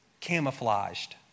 camouflaged